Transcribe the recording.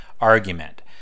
argument